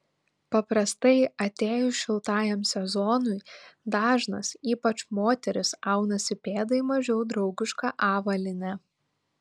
paprastai atėjus šiltajam sezonui dažnas ypač moterys aunasi pėdai mažiau draugišką avalynę